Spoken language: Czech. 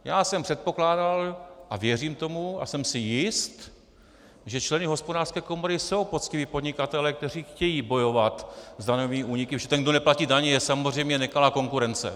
Já jsem předpokládal a věřím tomu a jsem si jist, že členy Hospodářské komory jsou poctiví podnikatelé, kteří chtějí bojovat s daňovými úniky, protože ten, kdo neplatí daně, je samozřejmě nekalá konkurence.